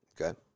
okay